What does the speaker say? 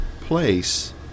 place